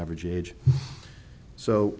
average age so